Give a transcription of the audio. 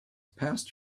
past